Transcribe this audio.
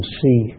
see